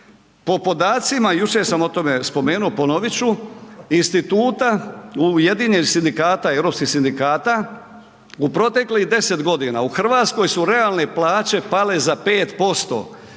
Po podacima jučer sam o tome spomenuo, ponovit ću Instituta ujedinjenih sindikata, europskih sindikata u protekli 10 godina u Hrvatskoj su realne plaće pale za 5%.